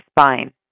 spine